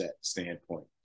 standpoint